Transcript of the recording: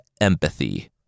empathy